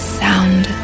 sound